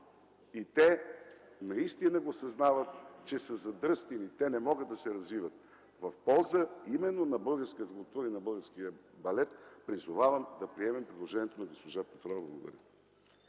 от балета и те осъзнават, че са задръстени, не могат да се развиват. Призовавам в полза именно на българската култура и на българския балет да приемем предложението на госпожа Петрова. Благодаря.